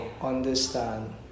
understand